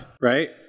right